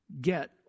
get